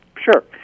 Sure